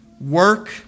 work